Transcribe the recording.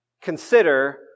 consider